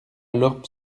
lorp